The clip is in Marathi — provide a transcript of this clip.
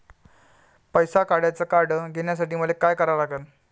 पैसा काढ्याचं कार्ड घेण्यासाठी मले काय करा लागन?